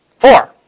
four